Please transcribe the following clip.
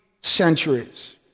centuries